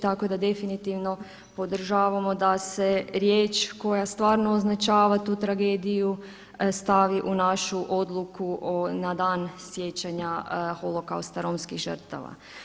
Tako da definitivno podržavamo da se riječ koja stvarno označava tu tragediju stavi u našu odluku na Dan sjećanja Holokausta romskih žrtava.